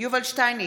יובל שטייניץ,